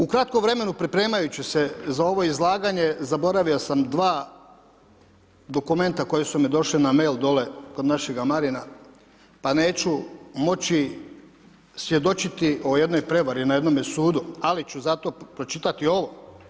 U kratkom vremenu pripremajući se za ovo izlaganje zaboravio sam dva dokumenta koja su mi došli na mail dolje kod našega Marina pa neću moći svjedočiti o jednoj prevari na jednome sudu ali ću zato pročitati ovo.